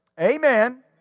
Amen